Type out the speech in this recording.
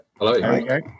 Hello